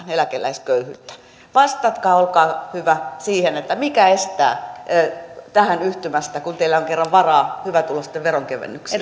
eläkeläisköyhyyttä vähennetään vastatkaa olkaa hyvä mikä estää tähän yhtymästä kun teillä on kerran varaa hyvätuloisten veronkevennyksiin